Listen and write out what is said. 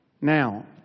Now